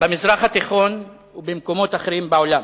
במזרח התיכון ובמקומות אחרים בעולם,